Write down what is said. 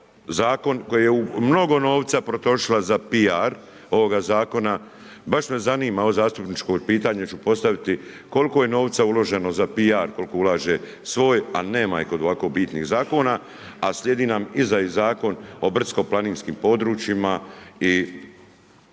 Zakon koji je u mnogo novca potrošila za PR ovoga Zakona. Baš me zanima, zastupničko pitanje ću postaviti, koliko je novca uloženo za PR, koliko ulaže svoj, a nema je kod ovako bitnih zakona, a slijedi nam iza i Zakon o brdsko-planinskim područjima i